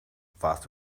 warst